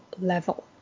level